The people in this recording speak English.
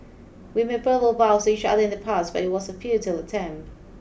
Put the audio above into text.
we made verbal vows to each other in the past but it was a futile attempt